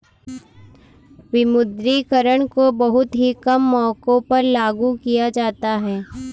विमुद्रीकरण को बहुत ही कम मौकों पर लागू किया जाता है